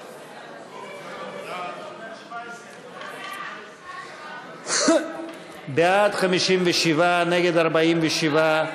114. בעד, 57, נגד, 47,